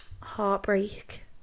heartbreak